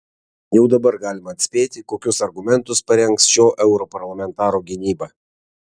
jau dabar galima atspėti kokius argumentus parengs šio europarlamentaro gynyba